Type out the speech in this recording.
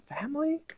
family